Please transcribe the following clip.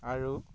আৰু